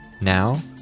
Now